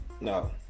no